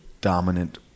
dominant